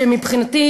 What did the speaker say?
שמבחינתי,